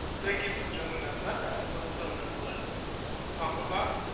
thank you for joining another episode of let's talk about